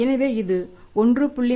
எனவே இது 1